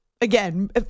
again